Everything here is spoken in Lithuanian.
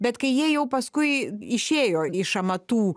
bet kai jie jau paskui išėjo iš amatų